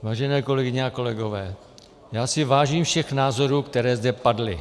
Vážené kolegyně a kolegové, já si vážím všech názorů, které zde padly.